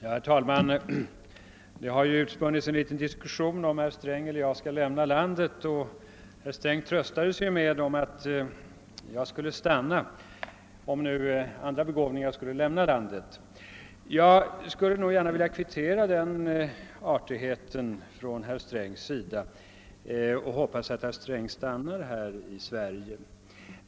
Herr talman! Det har här utspunnit sig en liten diskussion om huruvida herr Sträng eller jag skall lämna landet, och herr Sträng tröstar sig med att jag tydligen tänker stanna om nu andra begåvningar skulle lämna landet. Jag skulle vilja kvittera den artigheten från herr Strängs sida och uttrycka en förhoppning om att herr Sträng stannar i Sverige.